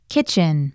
Kitchen